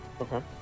Okay